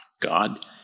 God